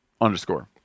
Underscore